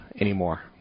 anymore